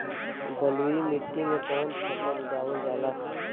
बलुई मिट्टी में कवन फसल उगावल जाला?